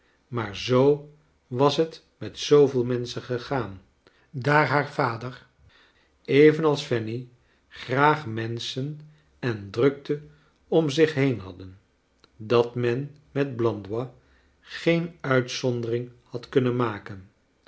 maar zoo was het met zooveel menschen gegaan daar haar vader evenals fanny graag menschen en drukte om zich heen hadden dat men met blandois geen uitzondering had kunnen maken